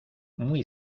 muy